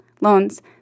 Loans